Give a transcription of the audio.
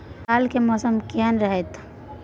काल के मौसम केहन रहत?